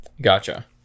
Gotcha